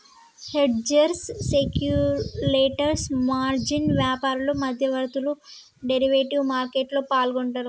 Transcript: hedgers, speculators, margin వ్యాపారులు, మధ్యవర్తులు derivative మార్కెట్లో పాల్గొంటరు